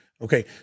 okay